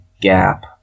gap